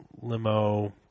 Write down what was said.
limo